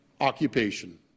occupation